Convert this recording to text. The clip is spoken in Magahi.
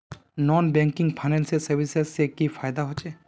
नॉन बैंकिंग फाइनेंशियल सर्विसेज से की फायदा होचे?